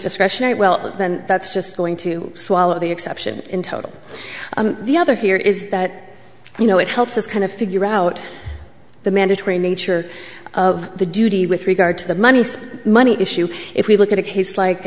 discretionary well then that's just going to swallow the exception in total the other here is that you know it helps us kind of figure out the mandatory nature of the duty with regard to the money money issue if we look at a case like